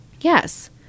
Yes